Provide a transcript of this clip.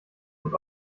und